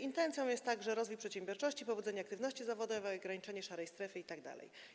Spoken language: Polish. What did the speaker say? Intencją jest także rozwój przedsiębiorczości, prowadzenie aktywności zawodowej, ograniczenie szarej strefy itd.